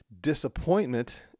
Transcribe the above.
disappointment